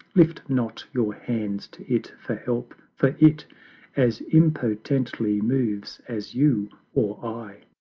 lift not your hands to it for help for it as impotently moves as you or i.